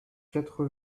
quatre